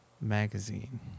magazine